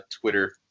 Twitter